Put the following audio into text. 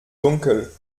dunkel